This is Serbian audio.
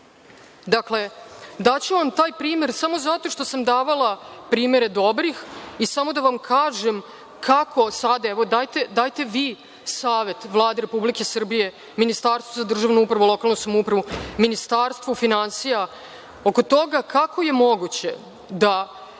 Vlada. Dakle, daću vam taj primer samo zato što sam davala primere dobrih i samo da vam kažem kako sada, evo, dajte vi savet Vladi Republike Srbije, Ministarstvu za državnu upravu i lokalnu samoupravu, Ministarstvu finansija, oko toga kako je moguće da